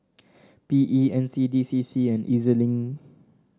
P E N C D C C and E Z Link